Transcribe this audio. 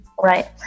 Right